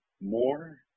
more